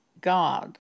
God